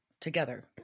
together